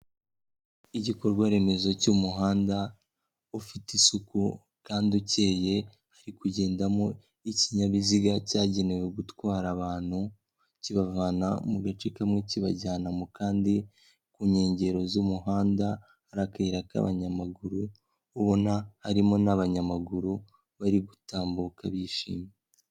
Igikorwa remezo cy'umuhanda ufite isuku kandi ukeye hari kugendamo ikinyabiziga cyagenewe gutwara abantu kibavana mu gace kamwe kibajyana mu kandi ku nkengero z'umuhanda hari akayira k'abanyamaguru ubona harimo n'abanyamaguru bari gutambuka bishimye.